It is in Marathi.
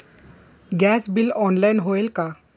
गॅस बिल ऑनलाइन होईल का?